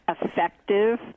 effective